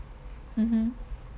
mmhmm